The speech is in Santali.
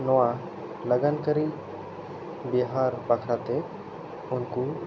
ᱱᱚᱣᱟ ᱞᱟᱜᱟᱱᱠᱟᱹᱨᱤ ᱵᱤᱦᱟᱨ ᱵᱟᱠᱷᱨᱟᱛᱮ ᱩᱱᱠᱩ